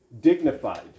dignified